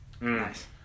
Nice